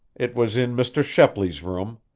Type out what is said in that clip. it was in mr. shepley's room.